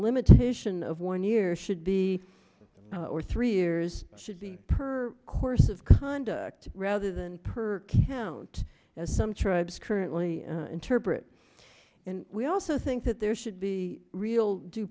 limitation of one year should be or three years should be per course of conduct rather than per kilo not as some tribes currently interpret and we also think that there should be real due